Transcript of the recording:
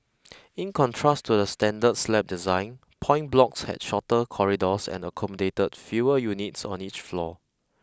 in contrast to the standard slab design point blocks had shorter corridors and accommodated fewer units on each floor